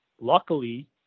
luckily